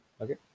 okay